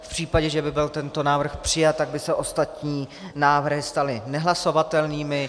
V případě, že by byl tento návrh přijat, tak by se ostatní návrhy staly nehlasovatelnými.